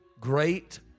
great